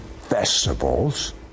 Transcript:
festivals